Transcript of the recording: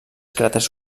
cràters